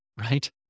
right